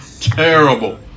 Terrible